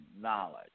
knowledge